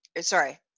sorry